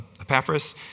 Epaphras